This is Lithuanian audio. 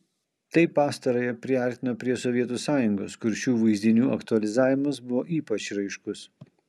tai pastarąją priartino prie sovietų sąjungos kur šių vaizdinių aktualizavimas buvo ypač raiškus